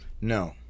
No